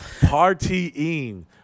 partying